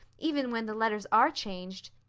even when the letters are changed.